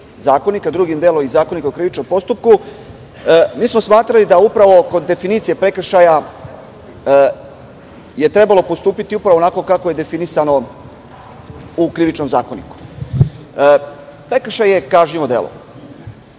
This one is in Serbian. drugim delom iz Zakonika o krivičnom postupku, smatrali smo da kod definicije prekršaja je trebalo postupiti onako kako je definisano u Krivičnom zakoniku. Prekršaj je kažnjivo delo.